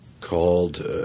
called